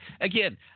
Again